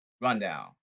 rundown